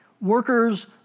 Workers